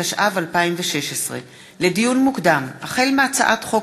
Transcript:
התשע"ו 2016. לדיון מוקדם: החל בהצעת חוק